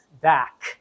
back